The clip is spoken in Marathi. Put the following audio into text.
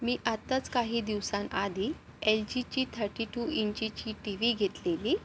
मी आत्ताच काही दिवसांआधी एल जीची थर्टी टू इंचीची टी व्ही घेतली होती